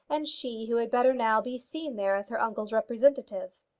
and she who had better now be seen there as her uncle's representative.